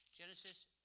Genesis